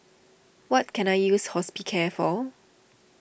what can I use Hospicare for